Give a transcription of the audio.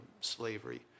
slavery